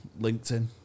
LinkedIn